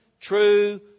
true